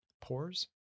pores